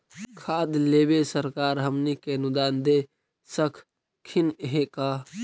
खाद लेबे सरकार हमनी के अनुदान दे सकखिन हे का?